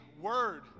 word